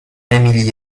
emil